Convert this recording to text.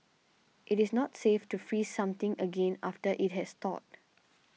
it is not safe to freeze something again after it has thawed